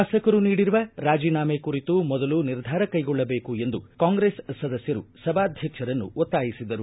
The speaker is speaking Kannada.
ಶಾಸಕರು ನೀಡಿರುವ ರಾಜಿನಾಮೆ ಕುರಿತು ಮೊದಲು ನಿರ್ಧಾರ ಕೈಗೊಳ್ಳಬೇಕು ಎಂದು ಕಾಂಗ್ರೆಸ್ ಸದಸ್ಕರು ಸಭಾಧ್ಯಕ್ಷರನ್ನು ಒತ್ತಾಯಿಸಿದರು